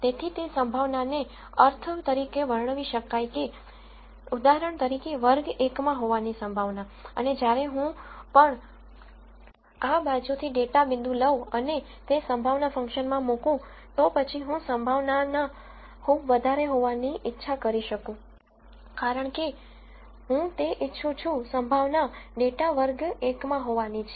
તેથી તે સંભાવનાને અર્થ તરીકે વર્ણવી શકાય કે ઉદાહરણ તરીકે વર્ગ 1 માં હોવાની સંભાવના અને જ્યારે પણ હું પણ આ બાજુથી ડેટા પોઇન્ટ લવ અને તે સંભાવના ફંક્શનમાં મૂકું તો પછી હું સંભાવના ના ખૂબ વધારે હોવાની ઇચ્છા કરી છું કારણ કે હું તે ઇચ્છું છું સંભાવના ડેટા વર્ગ 1 માં હોવાની છે